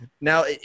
now